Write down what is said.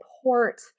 support